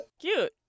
Cute